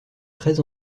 très